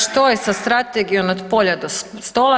Što je sa strategijom od polja do stola?